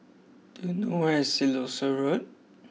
do you know where is Siloso Road